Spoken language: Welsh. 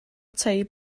tei